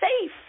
safe